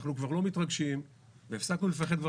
אנחנו כבר לא מתרגשים והפסקנו לפחד כבר